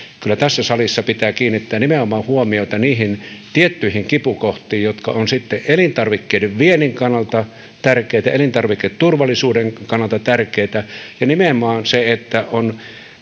kyllä tässä salissa pitää kiinnittää huomiota nimenomaan niihin tiettyihin kipukohtiin jotka ovat elintarvikkeiden viennin kannalta tärkeitä ja elintarviketurvallisuuden kannalta tärkeitä ja nimenomaan on